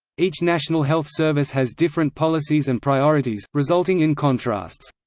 each national health service has different policies and priorities, resulting in contrasts.